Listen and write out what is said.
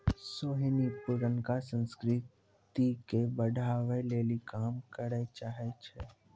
सोहिनी पुरानका संस्कृति के बढ़ाबै लेली काम करै चाहै छै